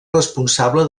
responsable